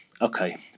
Okay